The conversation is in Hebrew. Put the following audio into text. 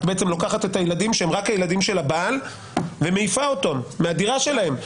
את לוקחת ילדים שהם רק הילדים של הבעל ומעיפה אותם מהדירה שלהם,